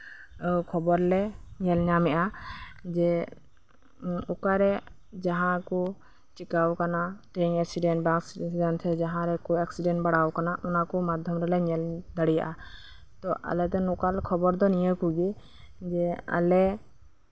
ᱚ ᱠᱷᱚᱵᱚᱨ ᱞᱮ ᱧᱮᱞ ᱧᱟᱢᱮᱜᱼᱟ ᱡᱮ ᱚᱠᱟᱨᱮ ᱡᱟᱦᱟᱸ ᱠᱚ ᱪᱮᱠᱟᱣ ᱠᱟᱱᱟ ᱛᱮᱦᱮᱧ ᱮᱠᱥᱤᱰᱮᱱ ᱵᱟᱥ ᱛᱮ ᱡᱟᱦᱟᱸ ᱨᱮᱠᱚ ᱮᱠᱥᱤᱰᱮᱱ ᱵᱟᱲᱟᱣᱟᱠᱟᱱᱟ ᱚᱱᱟ ᱠᱚ ᱢᱟᱫᱽᱫᱷᱚ ᱨᱮᱞᱮ ᱧᱮᱞ ᱫᱟᱲᱮᱣᱟᱜᱼᱟ ᱛᱚ ᱟᱞᱮ ᱫᱚ ᱞᱳᱠᱟᱞ ᱠᱷᱚᱵᱚᱨ ᱠᱚᱫᱚ ᱱᱤᱭᱟᱹ ᱠᱚᱜᱤ ᱡᱚ ᱟᱞᱮ